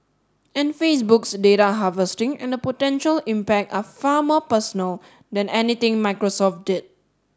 and Facebook's data harvesting and the potential impact are far more personal than anything Microsoft did